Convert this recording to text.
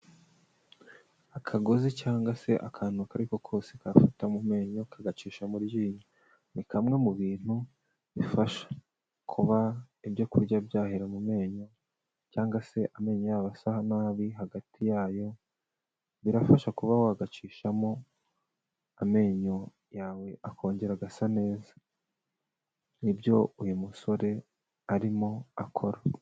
Akagozi cyangwa se akantu ako ari ko kose kafata mu menyo ukagacisha mu ryinyo, ni kamwe mu bintu bifasha, kuba ibyokurya by'ahera mu menyo cyangwa se amenyo yaba asa nabi hagati yayo, birafasha kuba wagacishamo amenyo yawe akongera agasa neza. Ni byo uyu musore arimo akora.